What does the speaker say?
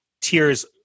tears